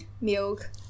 milk